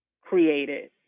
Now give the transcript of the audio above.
created